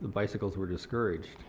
bicycles were discouraged.